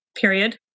period